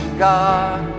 God